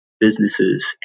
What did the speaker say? businesses